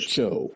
Show